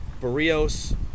Barrios